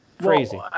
Crazy